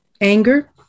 anger